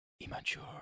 Immature